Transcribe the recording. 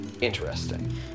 interesting